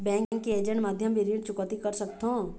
Bank के agent माध्यम भी ऋण चुकौती कर सकथों?